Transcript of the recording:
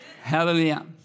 hallelujah